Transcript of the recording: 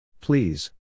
Please